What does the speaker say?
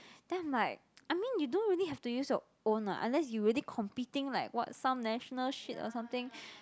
then I'm like I mean you don't really have to use your own [what] unless your really competing like what some national shit or something